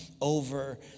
over